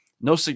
No